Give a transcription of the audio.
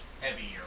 heavier